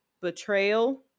betrayal